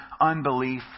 unbelief